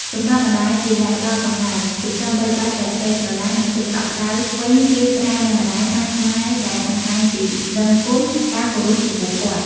សម្រាប់ម្ដាយ ជាអ្នកផ្ដល់កំណើត ចិញ្ចឹមបីបាច់ដោយក្ដីស្រឡាញ់ និងភាពកក់ក្ដៅវិញគេប្រើ អ្នកម្ដាយ ម៉ាក់ ម៉ែ ដែលបង្ហាញពីដឹងគុណ ការគោរពចំពោះគាត់។